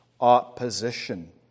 opposition